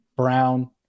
Brown